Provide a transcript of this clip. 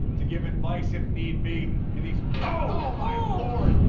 to give advice if need be, in these my lord.